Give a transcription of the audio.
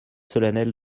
solennelle